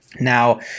Now